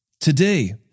Today